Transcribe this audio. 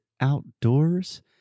outdoors